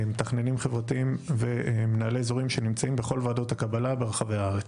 מתכננים חברתיים ומנהלי אזורים שנמצאים בכל ועדות הקבלה בכל רחבי הארץ.